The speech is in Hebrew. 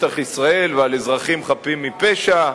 שטח ישראל ועל אזרחים חפים מפשע,